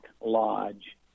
lodge